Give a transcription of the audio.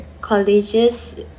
colleges